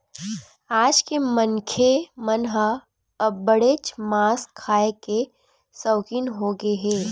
आज के मनखे मन ह अब्बड़ेच मांस खाए के सउकिन होगे हे